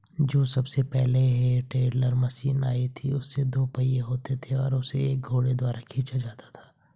जो सबसे पहले हे टेडर मशीन आई थी उसके दो पहिये होते थे और उसे एक घोड़े द्वारा खीचा जाता था